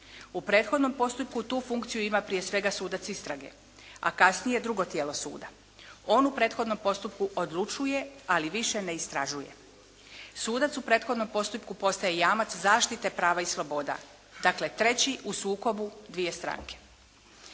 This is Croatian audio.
U prethodnom postupku tu funkciju ima prije svega sudac istrage a kasnije drugo tijelo suda. On u prethodnom postupku odlučuje ali više ne istražuje. Sudac u prethodnom postupku postaje jamac zaštite prava i sloboda. Dakle, treći u sukobu dvije stranke.